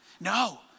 No